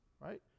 right